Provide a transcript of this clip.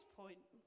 point